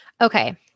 Okay